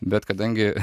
bet kadangi